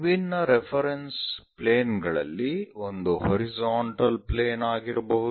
ವಿಭಿನ್ನ reference plane ಗಳಲ್ಲಿ ಒಂದು ಹಾರಿಜಾಂಟಲ್ ಪ್ಲೇನ್ ಆಗಿರಬಹುದು